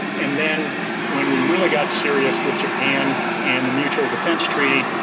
and then when we really got serious with japan and the mutual defense treaty,